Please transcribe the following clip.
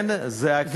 כן, זה הכיוון.